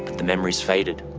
the memories faded.